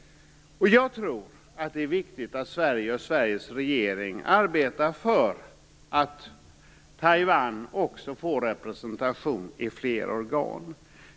Jag tror att det är viktigt att Sverige och dess regering arbetar för att Taiwan får representation i flera organ.